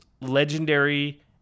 legendary